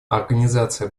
организация